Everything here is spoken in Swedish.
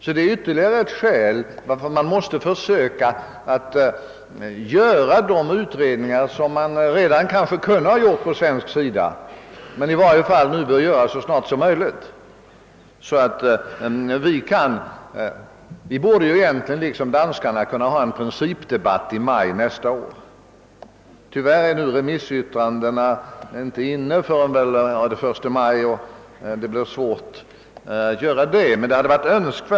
Vi har all anledning att snarast försöka göra de utredningar som kanske t.o.m. redan skulle kunnat göras på svensk sida. Vi borde egentligen, liksom danskarna, kunna ha en principdebatt i maj nästa år. Tyvärr kommer remissyttrandena inte att vara inne förrän den 1 maj, så det blir kanske svårt att få en debatt till stånd redan under den månaden.